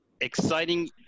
exciting